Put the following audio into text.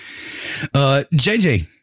JJ